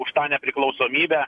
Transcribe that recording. už tą nepriklausomybę